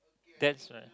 that's right